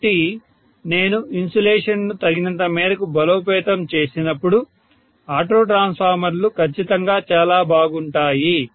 కాబట్టి నేను ఇన్సులేషన్ను తగినంత మేరకు బలోపేతం చేసినప్పుడు ఆటో ట్రాన్స్ఫార్మర్లు ఖచ్చితంగా చాలా బాగుంటాయి